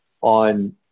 on